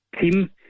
team